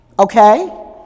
Okay